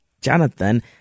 Jonathan